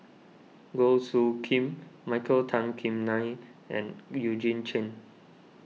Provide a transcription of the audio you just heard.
Goh Soo Khim Michael Tan Kim Nei and Eugene Chen